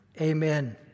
Amen